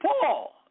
Paul